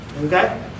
Okay